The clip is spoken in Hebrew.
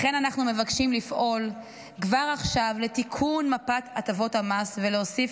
לכן אנחנו מבקשים לפעול כבר עכשיו לתיקון מפת הטבות המס ולהוסיף